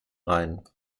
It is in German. rein